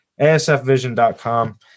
asfvision.com